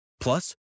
Plus